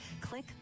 click